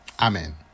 amen